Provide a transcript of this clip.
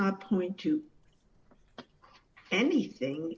not point to anything